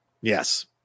Yes